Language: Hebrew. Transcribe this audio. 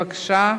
בבקשה,